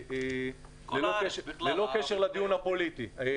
ללא קשר לדיון הפוליטי.